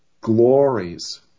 glories